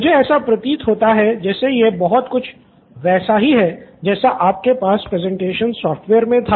मुझे ऐसा प्रतीत होता कि जैसे यह है बहुत कुछ वैसा ही है जैसा कि आपके पास प्रेजेंटेशन सॉफ्टवेयर में था